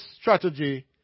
strategy